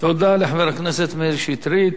תודה לחבר הכנסת מאיר שטרית.